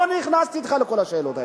לא נכנסתי אתך לכל השאלות האלה.